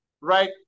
right